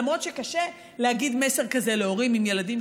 למרות שקשה להגיד מסר כזה להורים עם ילדים,